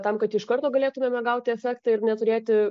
tam kad iš karto galėtumėme gauti efektą ir neturėti